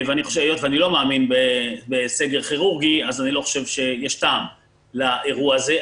היות ואני לא מאמין בסגר כירורגי אז אני לא חושב שיש טעם לאירוע הזה.